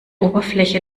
oberfläche